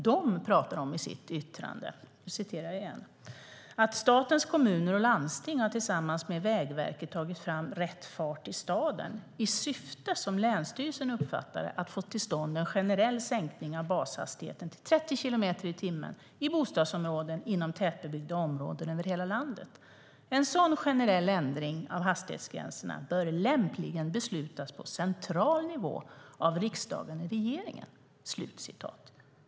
De säger i sitt yttrande: Sveriges Kommuner och Landsting har tillsammans med Vägverket tagit fram Rätt fart i staden i syfte - som länsstyrelsen uppfattade det - att få till stånd en generell sänkning av bashastigheten till 30 kilometer i timmen i bostadsområden inom tätbebyggda områden över hela landet. En sådan generell ändring av hastighetsgränserna bör lämpligen beslutas på central nivå av riksdagen och regeringen.